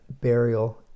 burial